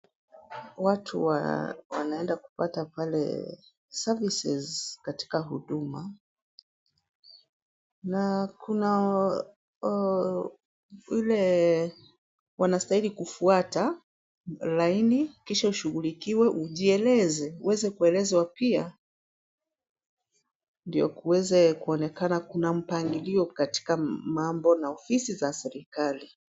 Watu wanaenda kupata pale services katika Huduma na kuna ile wanastahili kufuata laini kisha ushughulikiwe ujieleze uweze kuelezwa pia ndio kuweze kuonekana kuna mpangilio katika mambo na ofisi za serikali.